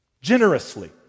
Generously